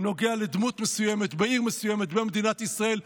נוגע לדמות מסוימת בעיר מסוימת במדינת ישראל,